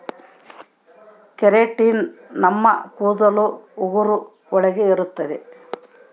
keratin ನಮ್ ಕೂದಲು ಉಗುರು ಒಳಗ ಇರುತ್ತೆ